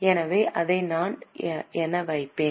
எனவே அதை நான் என வைப்போம்